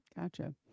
Gotcha